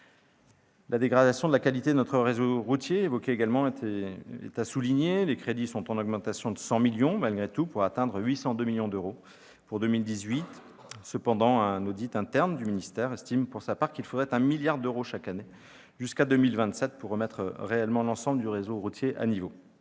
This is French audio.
La dégradation de la qualité de notre réseau routier doit également être soulignée. Les crédits sont en augmentation de 100 millions d'euros, malgré tout, pour atteindre 802 millions d'euros pour 2018. Cependant, un audit interne du ministère des transports estime, pour sa part, qu'il faudrait 1 milliard d'euros chaque année jusqu'en 2027 pour remettre réellement l'ensemble du réseau routier à niveau.